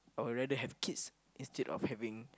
I will rather have kids instead of having